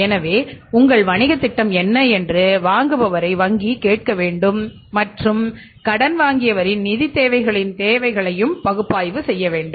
எனவே உங்கள் வணிகத் திட்டம் என்ன என்று வாங்குபவரை வங்கி கேட்க வேண்டும் மற்றும் கடன் வாங்கியவரின் நிதித் தேவைகளின் தேவைகளை பகுப்பாய்வு செய்ய வேண்டும்